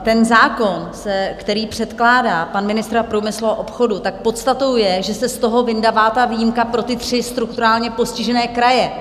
Ten zákon, který předkládá pan ministr průmyslu a obchodu, podstatou je, že se z toho vyndává výjimka pro ty tři strukturálně postižené kraje.